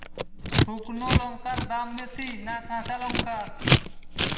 শুক্নো লঙ্কার দাম বেশি না কাঁচা লঙ্কার?